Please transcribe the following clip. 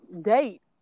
date